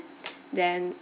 then